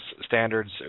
standards